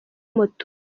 moto